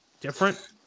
different